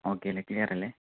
okay അല്ലേ ക്ലിയറല്ലെ